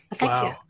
Wow